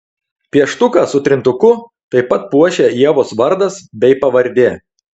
pieštuką su trintuku taip pat puošia ievos vardas bei pavardė